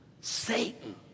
Satan